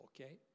okay